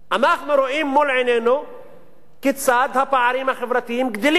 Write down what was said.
אנחנו רואים מול עינינו כיצד הפערים החברתיים גדלים.